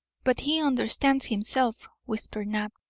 but he understands himself, whispered knapp.